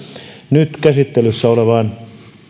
nyt käsittelyssä olevaan